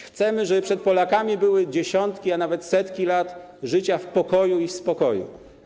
Chcemy, żeby przed Polakami były dziesiątki, a nawet setki lat życia w pokoju i spokoju.